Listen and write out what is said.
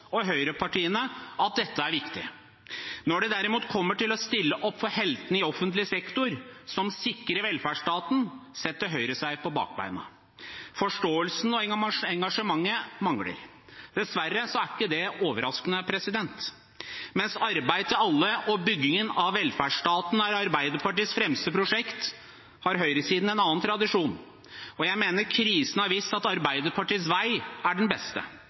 og høyrepartiene av at dette er viktig. Når det derimot gjelder å stille opp for heltene i offentlig sektor som sikrer velferdsstaten, setter Høyre seg på bakbeina. Forståelsen og engasjementet mangler. Dessverre er det ikke overraskende. Mens arbeid til alle og byggingen av velferdsstaten er Arbeiderpartiets fremste prosjekt, har høyresiden en annen tradisjon, og jeg mener at krisen har vist at Arbeiderpartiets vei er den beste.